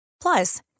Plus